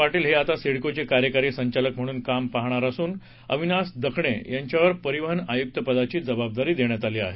पाटील हे आता सिडकोये कार्यकारी संचालक म्हणून काम पाहणार असून अविनाश दखणे यांच्यावर परिहवन आयुक्त पदाची जबाबदारी देण्यात आली आहे